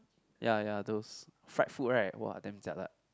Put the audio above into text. ya ya those fried food right !wah! damn jialat